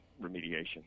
remediation